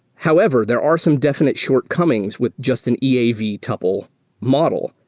however, there are some definite shortcomings with just an eav eav tuple model,